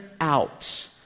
out